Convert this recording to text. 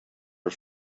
are